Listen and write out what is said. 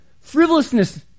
frivolousness